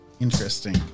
interesting